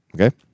Okay